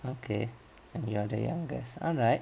okay and you're the youngest alright